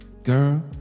girl